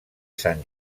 sant